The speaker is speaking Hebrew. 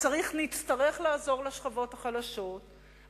נצטרך לעזור לשכבות החלשות,